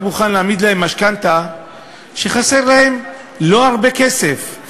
מוכן להעמיד להם משכנתה הוא לא הרבה כסף,